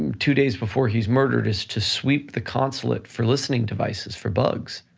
and two days before he's murdered is to sweep the consulate for listening devices for bugs,